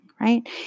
right